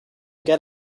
get